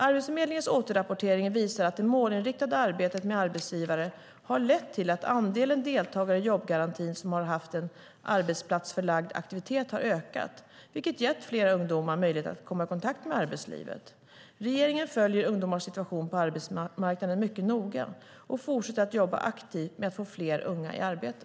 Arbetsförmedlingens återrapportering visar att det målinriktade arbetet med arbetsgivare har lett till att andelen deltagare i jobbgarantin som har haft en arbetsplatsförlagd aktivitet har ökat, vilket har gett fler ungdomar möjlighet att komma i kontakt med arbetslivet. Regeringen följer ungdomars situation på arbetsmarknaden mycket noga och fortsätter att jobba aktivt med att få fler unga i arbete.